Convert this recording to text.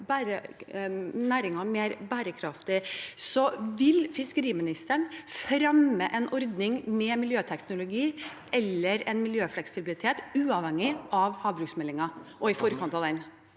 næringen mer bærekraftig. Vil fiskeriministeren fremme en ordning med miljøteknologi eller miljøfleksibilitet uavhengig av havbruksmeldingen og i forkant av den?